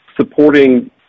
supporting